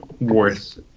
worth